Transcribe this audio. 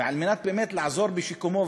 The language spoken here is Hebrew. וכדי באמת לעזור בשיקומו,